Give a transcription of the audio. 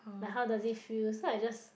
like how does its feel so I just